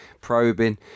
probing